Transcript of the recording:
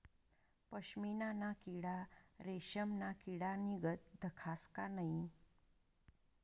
पशमीना ना किडा रेशमना किडानीगत दखास का नै